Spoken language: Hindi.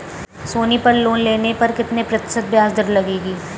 सोनी पर लोन लेने पर कितने प्रतिशत ब्याज दर लगेगी?